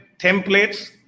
templates